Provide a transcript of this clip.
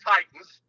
Titans